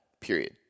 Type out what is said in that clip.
period